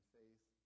faith